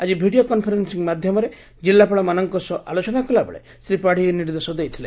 ଆକି video conferencing ମାଧ୍ଧମରେ ଜିଲ୍ଲାପାଳ ମାନଙ୍କ ସହ ଆଲୋଚନା କଲାବେଳେ ଶ୍ରୀ ପାତୀ ଏହି ନିର୍ଦ୍ଦେଶ ଦେଇଥିଲେ